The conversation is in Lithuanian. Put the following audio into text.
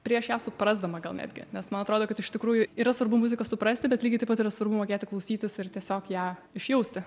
prieš ją suprasdama gal netgi nes man atrodo kad iš tikrųjų yra svarbu muziką suprasti bet lygiai taip pat yra svarbu mokėti klausytis ir tiesiog ją išjausti